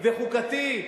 זה חוקתי?